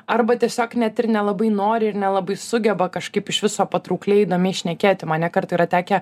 arba tiesiog net ir nelabai nori ir nelabai sugeba kažkaip iš viso patraukliai įdomi šnekėti man ne kartą yra tekę